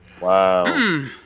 Wow